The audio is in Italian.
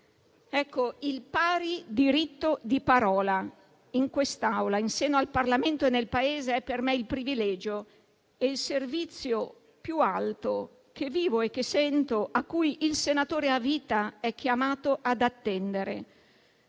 Il pari diritto di parola, in quest'Aula, in seno al Parlamento e nel Paese, è per me il privilegio, il servizio più alto che vivo e che sento, a cui il senatore a vita è chiamato ad attendere.